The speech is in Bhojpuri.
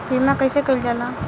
बीमा कइसे कइल जाला?